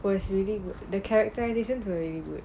was really good the to a really good